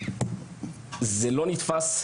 זה לא נתפס,